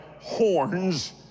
horns